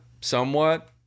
somewhat